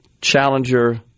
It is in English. challenger